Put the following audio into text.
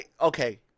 Okay